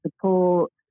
support